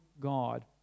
God